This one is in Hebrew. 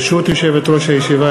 ברשות יושבת-ראש הישיבה,